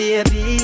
Baby